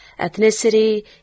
ethnicity